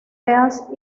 east